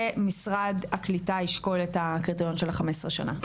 ומשרד הקליטה והעלייה ישקול את הקריטריון של ה-15 שנים.